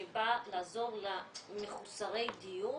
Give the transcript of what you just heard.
שהיא באה לעזור למחוסרי דיור